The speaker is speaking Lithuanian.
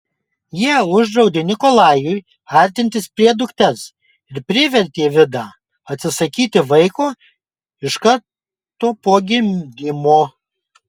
jie uždraudė nikolajui artintis prie dukters ir privertė vidą atsisakyti vaiko iš karto po gimdymo